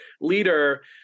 leader